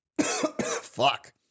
Fuck